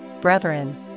brethren